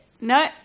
No